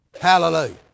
Hallelujah